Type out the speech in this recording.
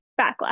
backlash